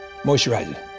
Moisturizer